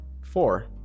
four